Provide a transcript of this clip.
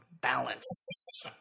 balance